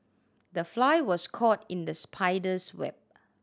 the fly was caught in the spider's web